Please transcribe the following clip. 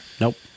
Nope